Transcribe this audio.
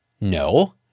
no